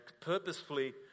purposefully